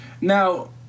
Now